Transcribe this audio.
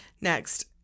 Next